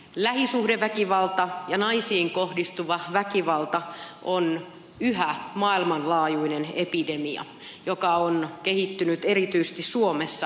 lähisuhdeväkivalta ja naisiin kohdistuva väkivalta on yhä maailmanlaajuinen epidemia joka on kehittynyt erityisesti suomessa krooniseksi taudiksi